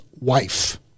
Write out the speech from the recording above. wife